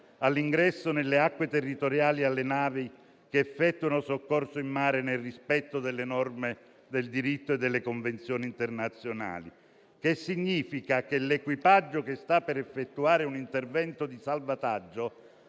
all'ingresso nelle acque territoriali alle navi che effettuano soccorso in mare nel rispetto delle norme del diritto e delle Convenzioni internazionali, il che significa che l'equipaggio che sta per effettuare un intervento di salvataggio